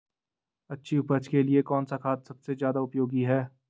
अच्छी उपज के लिए कौन सा खाद सबसे ज़्यादा उपयोगी है?